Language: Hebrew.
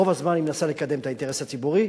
רוב הזמן היא מנסה לקדם את האינטרס הציבורי,